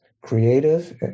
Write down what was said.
creative